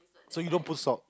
so you don't put salt